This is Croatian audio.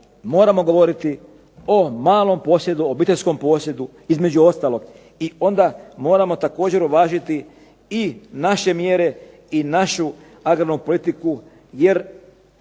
moramo govoriti o malom posjedu, obiteljskom posjedu, između ostalog i onda moramo također uvažiti i naše mjere i našu agrarnu politiku jer